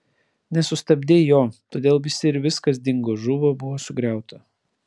nesustabdei jo todėl visi ir viskas dingo žuvo buvo sugriauta